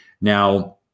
Now